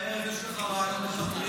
הערב יש לך ריאיון בפטריוטים?